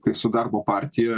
kaip su darbo partija